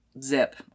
zip